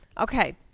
Okay